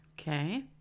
okay